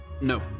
No